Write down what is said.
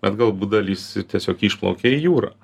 bet galbūt dalis ir tiesiog išplaukė į jūrą